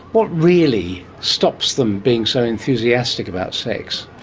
what really stops them being so enthusiastic about sex?